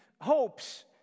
hopes